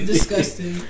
Disgusting